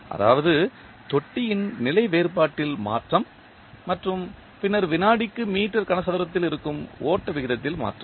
அதாவது தொட்டியின் நிலை வேறுபாட்டில் மாற்றம் மற்றும் பின்னர் வினாடிக்கு மீட்டர் கனசதுரத்தில் இருக்கும் ஓட்ட விகிதத்தில் மாற்றம்